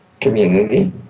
community